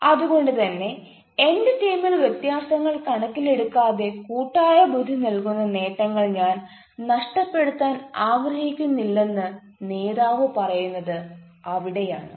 അത് കൊണ്ട് തന്നെ എന്റെ ടീമിൽ വ്യത്യാസങ്ങൾ കണക്കിലെടുക്കാതെ കൂട്ടായ ബുദ്ധി നൽകുന്ന നേട്ടങ്ങൾ ഞാൻ നഷ്ടപ്പെടുത്താൻ ആഗ്രഹിക്കുന്നില്ലെന്ന് നേതാവ് പറയുന്നത് അവിടെയാണ്